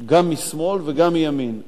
גם משמאל וגם מימין,